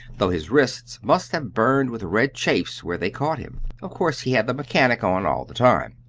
though his wrists must have burned with red chafes where they caught him. of course he had the mechanic on all the time.